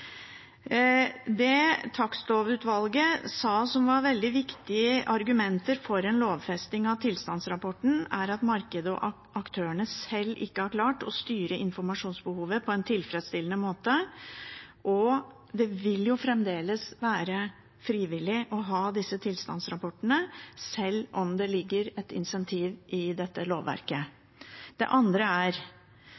lovfesting av tilstandsrapporten, er at markedet og aktørene selv ikke har klart å styre informasjonsbehovet på en tilfredsstillende måte, og at det fremdeles vil være frivillig å ha disse tilstandsrapportene, selv om det ligger et incentiv i dette lovverket.